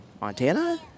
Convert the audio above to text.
Montana